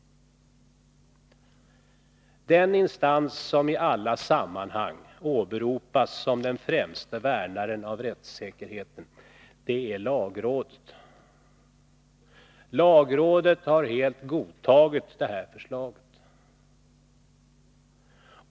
Deninstans som i alla sammanhang åberopas som den främste värnaren av rättssäkerheten är lagrådet. Lagrådet har helt godtagit det här förslaget.